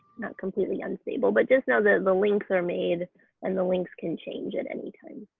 not completely unstable but just know that the links are made and the links can change at any time.